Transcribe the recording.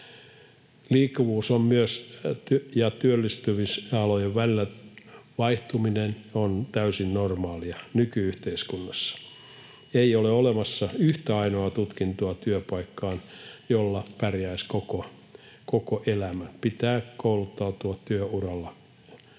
Liikkuvuus ja työllistymisalojen välillä vaihtaminen on täysin normaalia nyky-yhteiskunnassa. Ei ole olemassa yhtä ainoaa tutkintoa työpaikkaan, jolla pärjäisi koko elämän. Pitää kouluttautua työuralla